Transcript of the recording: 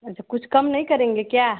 अच्छा कुछ कम नहीं करेंगे क्या